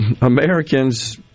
Americans